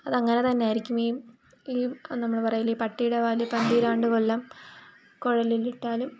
അതങ്ങനെ തന്നെ ആയിരിക്കും ഈ ഈ നമ്മൾ പറയില്ലേ ഈ പട്ടീടെ വാല് പന്തിരാണ്ട് കൊല്ലം കുഴലിലിട്ടാലും